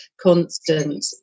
constant